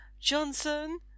Johnson